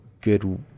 good